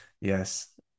Yes